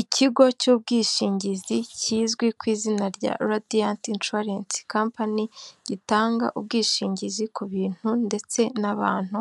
Ikigo cy'ubwishingizi kizwi ku izina rya Radiant Insurance Company gitanga ubwishingizi ku bintu ndetse n'abantu,